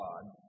God